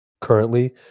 currently